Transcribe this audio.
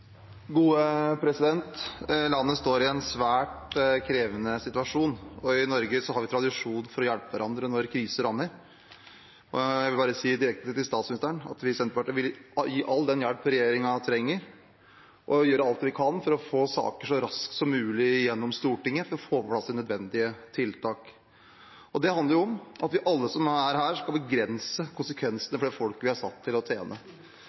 Landet står i en svært krevende situasjon, og i Norge har vi tradisjon for å hjelpe hverandre når kriser rammer. Jeg vil bare si direkte til statsministeren at vi i Senterpartiet vil gi all den hjelp regjeringen trenger, og gjøre alt vi kan for å få saker så raskt som mulig gjennom i Stortinget for å få på plass de nødvendige tiltak. Det handler om at alle vi som er her, skal begrense konsekvensene for det folket vi er satt til å tjene.